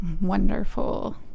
wonderful